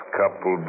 couple